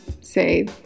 say